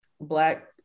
Black